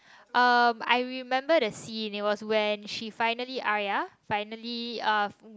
um I remember the scene it was when she finally Aria finally uh